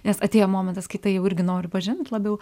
nes atėjo momentas kai tai jau irgi noriu pažint labiau